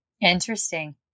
Interesting